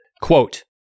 Quote